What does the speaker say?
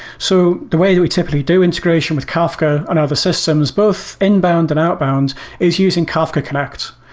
so the way that we typically do integration with kafka on other systems both inbound and outbound is using kafka connect.